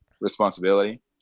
responsibility